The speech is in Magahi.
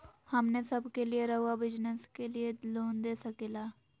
हमने सब के लिए रहुआ बिजनेस के लिए लोन दे सके ला?